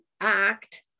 act